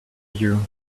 you